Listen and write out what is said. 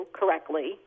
correctly